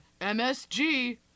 MSG